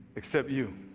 except you.